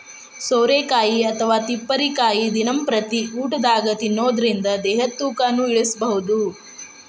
ಸೋರೆಕಾಯಿ ಅಥವಾ ತಿಪ್ಪಿರಿಕಾಯಿ ದಿನಂಪ್ರತಿ ಊಟದಾಗ ತಿನ್ನೋದರಿಂದ ದೇಹದ ತೂಕನು ಇಳಿಸಬಹುದು